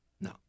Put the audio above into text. No